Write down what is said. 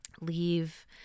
leave